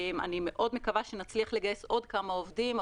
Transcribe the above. אני מאוד מקווה שנצליח לגייס עוד כמה עובדים.